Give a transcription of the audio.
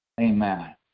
Amen